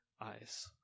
eyes